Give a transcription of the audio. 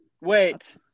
Wait